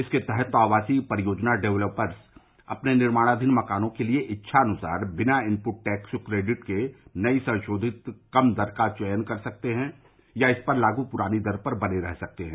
इसके तहत आवासीय परियोजना डेवलपर्स अपने निर्माणाधीन मकानों के लिए इच्छानुसार बिना इनपुट टैक्स क्रेडिट के नई संशोधित कम दर का चयन कर सकते हैं या इस पर लागू पुरानी दर पर बने रह सकते हैं